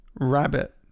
Rabbit